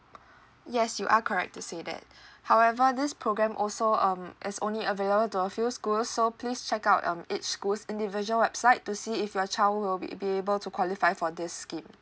yes you are correct to say that however this program also um it's only available to a few schools so please check out um each school's individual website to see if your child will be able to qualify for this scheme